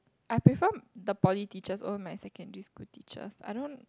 I prefer the poly teachers over my secondary school teachers I don't